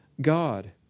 god